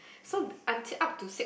so until up to six